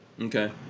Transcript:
okay